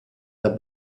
der